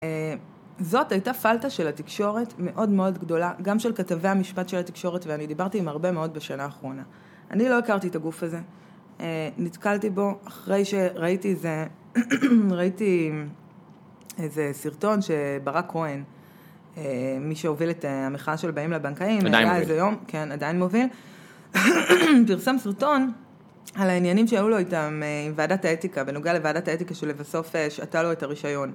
זאת הייתה פלטה של התקשורת מאוד מאוד גדולה, גם של כתבי המשפט של התקשורת ואני דיברתי עם הרבה מאוד בשנה האחרונה. אני לא הכרתי את הגוף הזה. נתקלתי בו אחרי שראיתי איזה סרטון שברק כהן, מי שהוביל את המחאה של באים לבנקאים. עדיין מוביל. כן, עדיין מוביל. פרסם סרטון על העניינים שהיו לו איתם עם ועדת האתיקה, בנוגע לוועדת האתיקה שלבסוף שללה לו את הרישיון.